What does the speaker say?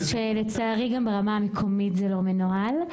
לצערי גם ברמה המקומית זה לא מנוהל.